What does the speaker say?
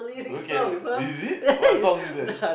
okay is it what song is that